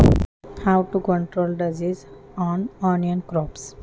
कांदा पिकावरील रोगांचे नियंत्रण कसे करावे?